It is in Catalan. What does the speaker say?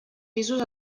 pisos